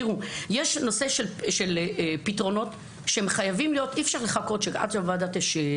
יש פתרונות שחייבים להיות אי אפשר לחכות עד שהוועדה תשב,